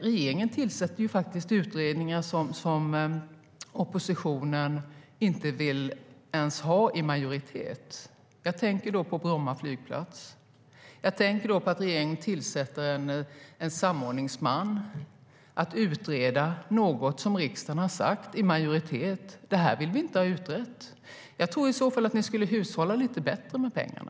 Regeringen tillsätter faktiskt utredningar som majoriteten i opposition inte ens vill ha. Jag tänker på Bromma flygplats. Jag tänker på att regeringen tillsätter en samordnare som ska utreda något som en majoritet i riksdagen har sagt att den inte vill ha utrett. Jag tycker att ni i så fall borde hushålla lite bättre med pengarna.